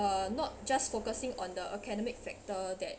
uh not just focusing on the academic factor that